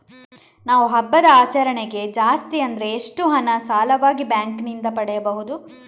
ನಾವು ಹಬ್ಬದ ಆಚರಣೆಗೆ ಜಾಸ್ತಿ ಅಂದ್ರೆ ಎಷ್ಟು ಹಣ ಸಾಲವಾಗಿ ಬ್ಯಾಂಕ್ ನಿಂದ ಪಡೆಯಬಹುದು?